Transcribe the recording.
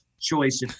choice